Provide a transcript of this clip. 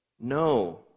No